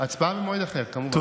הצבעה במועד אחר, כמובן.